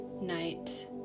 night